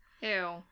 Ew